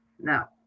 Now